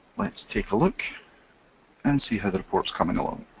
let's take a look and see how the report's coming along.